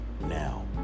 now